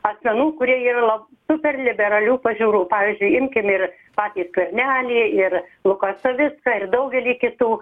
asmenų kurie yra la super liberalių pažiūrų pavyzdžiui imkim ir patį skvernelį ir luką savicką ir daugelį kitų